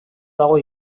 dago